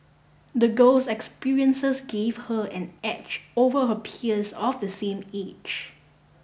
the girl's experiences gave her an edge over her peers of the same age